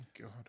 God